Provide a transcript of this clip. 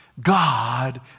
god